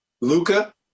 Luca